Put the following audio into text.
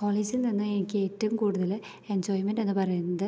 കോളേജിൽനിന്ന് എനിക്ക് ഏറ്റവും കൂടുതല് എൻജോയ്മെൻ്റ് എന്ന് പറയുന്നത്